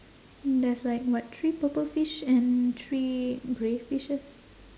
there's like what three purple fish and three grey fishes